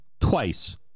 twice